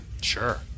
Sure